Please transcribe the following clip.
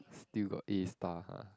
still got eat stuff ah